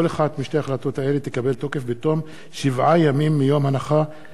כל אחת משתי ההחלטות האלה תקבל תוקף בתום שבעה ימים מיום הנחתה,